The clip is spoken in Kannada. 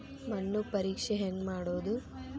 ಮಣ್ಣು ಪರೇಕ್ಷೆ ಹೆಂಗ್ ಮಾಡೋದು?